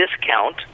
discount